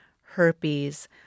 herpes